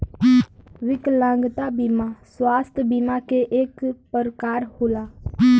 विकलागंता बिमा स्वास्थ बिमा के एक परकार होला